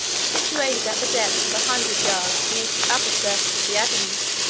situated at the depth of a hundred yards beneath the upper surface of the adamant.